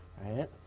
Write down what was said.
right